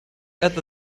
add